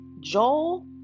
Joel